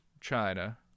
China